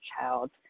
child